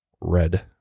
red